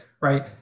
right